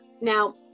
now